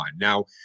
Now